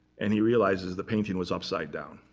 and he realizes the painting was upside down.